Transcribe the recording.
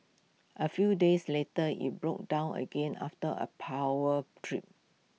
A few days later IT broke down again after A power trip